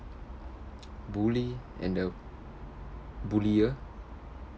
bully and the bullyer